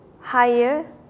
higher